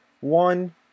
one